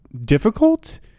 difficult